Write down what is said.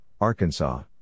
Arkansas